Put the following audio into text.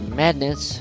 madness